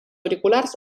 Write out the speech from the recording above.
auriculars